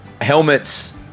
helmets